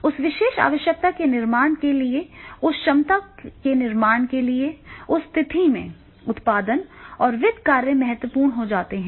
उस विशेष आवश्यकता के निर्माण के लिए उस क्षमता का निर्माण करने के लिए उस स्थिति में उत्पादन और वित्त कार्य महत्वपूर्ण हो जाते हैं